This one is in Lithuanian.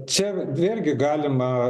čia vėlgi galima